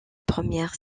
première